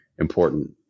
important